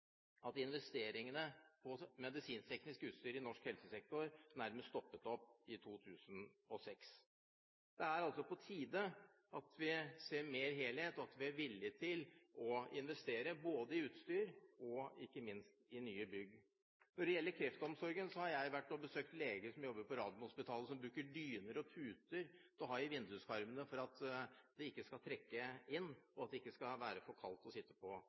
at investeringene i medisinteknisk utstyr i norsk helsesektor nærmest stoppet opp i 2006. Det er altså på tide at vi ser mer helhet, og at vi er villige til å investere, både i utstyr og – ikke minst – i nye bygg. Når det gjelder kreftomsorgen, har jeg vært og besøkt leger som jobber på Radiumhospitalet som bruker dyner og puter til å ha i vinduskarmene for at det ikke skal trekke og at det ikke skal være for kaldt å sitte på